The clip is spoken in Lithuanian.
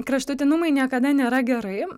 kraštutinumai niekada nėra gerai